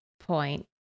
point